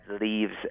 leaves